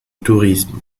tourisme